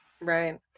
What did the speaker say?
Right